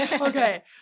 okay